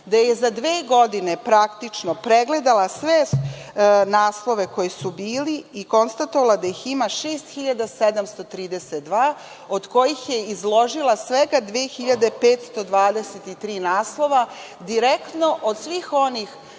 gde ja za dve godine pregledala sve naslove koji su bili i konstatovali da ih ima 6732 od kojih je izložila svega 2523 naslova, direktno od svih onih